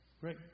Great